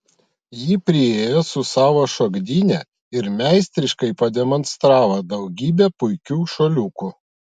ji priėjo su savo šokdyne ir meistriškai pademonstravo daugybę puikių šuoliukų